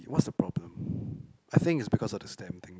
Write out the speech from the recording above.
eh what's the problem I think is because of this same thing